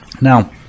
Now